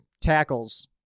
tackles